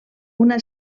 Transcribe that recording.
una